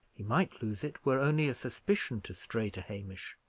he might lose it were only suspicion to stray to hamish.